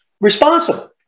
responsible